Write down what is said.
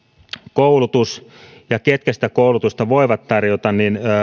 koulutus ja ketkä sitä koulutusta voivat tarjota